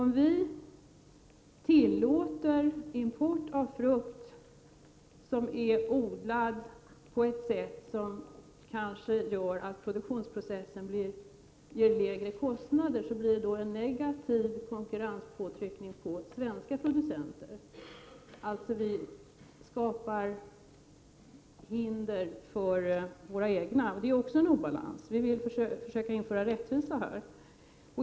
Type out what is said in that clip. Om Sverige tillåter import av frukt som är odlad på ett sätt som ger lägre kostnader, blir det en negativ konkurrenspåtryckning på svenska producenter. Vi skapar alltså hinder för våra egna, och det är också en obalans. Vi vill försöka införa rättvisa här.